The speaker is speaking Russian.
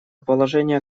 положения